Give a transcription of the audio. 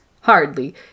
Hardly